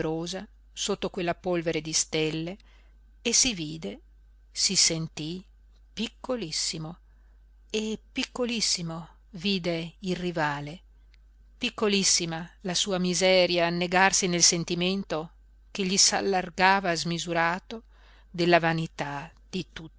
sotto quella polvere di stelle e si vide si sentí piccolissimo e piccolissimo vide il rivale piccolissima la sua miseria annegarsi nel sentimento che gli s'allargava smisurato della vanità di